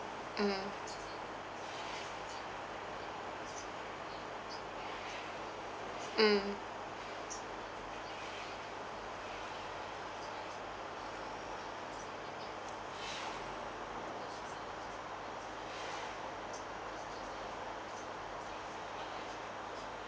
mm mm